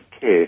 care